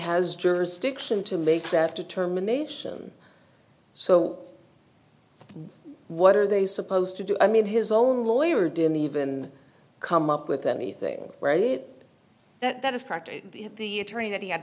has jurisdiction to make that determination so what are they supposed to do i mean his own lawyer didn't even come up with anything that is part of the attorney that he had